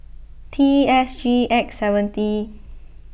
T S G X seventy